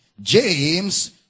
James